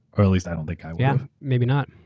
ah at least i don't think i would. yeah, maybe not.